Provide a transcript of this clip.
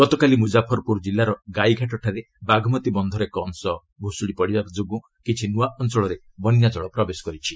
ଗତକାଲି ମୁଜାଫର୍ପୁର ଜିଲ୍ଲାର ଗାଈଘାଟଠାରେ ବାଘମତୀ ବନ୍ଧର ଏକ ଅଂଶ ଭୂଷୁଡ଼ି ପଡ଼ିବାରୁ କିଛି ନୂଆ ଅଞ୍ଚଳରେ ବନ୍ୟାଜଳ ପ୍ରବେଶ କରିଛି